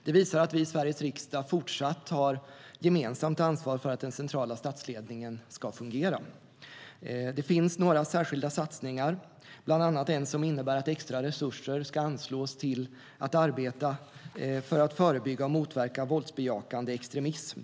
Det visar att vi i Sveriges riksdag fortsatt tar gemensamt ansvar för att den centrala statsledningen ska fungera. Det finns några särskilda satsningar, bland annat en som innebär att extra resurser ska anslås till att arbeta för att förebygga och motverka våldsbejakande extremism.